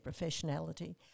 professionality